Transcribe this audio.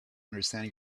understand